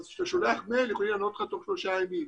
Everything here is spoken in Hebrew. כשאתה שלח מייל, יכולים לענות לך תוך שלושה ימים.